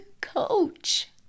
coach